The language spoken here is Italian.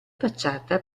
facciata